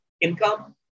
income